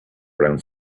around